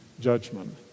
judgment